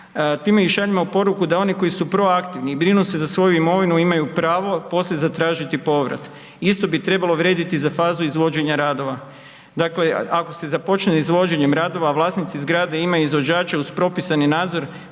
Time im šaljemo poruku da oni koji su proaktivni i brinu se za svoju imovinu imaju pravo poslije zatražiti povrat. Isto bi trebalo vrijediti za fazu izvođenja radova. Dakle, ako se započne izvođenjem radova vlasnici zgrade imaju izvođače uz propisani nadzor